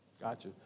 Gotcha